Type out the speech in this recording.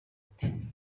ati